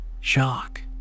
shock